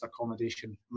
accommodation